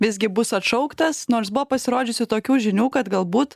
visgi bus atšauktas nors buvo pasirodžiusių tokių žinių kad galbūt